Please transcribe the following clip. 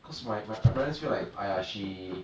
cause my my my parents feel like !aiya! she